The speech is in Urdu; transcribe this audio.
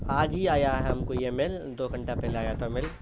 آج ہی آیا ہے ہم کو یہ میل دو گھنٹہ پہلے آیا تھا میل